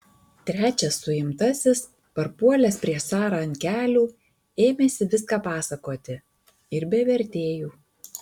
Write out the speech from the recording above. trečias suimtasis parpuolęs prieš carą ant kelių ėmėsi viską pasakoti ir be vertėjų